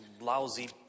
lousy